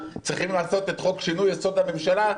צריכים לעשות את שינוי חוק-יסוד: הממשלה.